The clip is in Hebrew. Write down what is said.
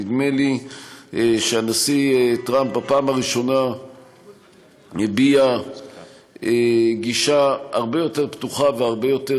נדמה לי שהנשיא טראמפ בפעם הראשונה מביע גישה הרבה יותר פתוחה והרבה יותר